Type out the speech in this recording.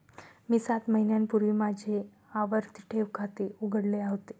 मी सात महिन्यांपूर्वी माझे आवर्ती ठेव खाते उघडले होते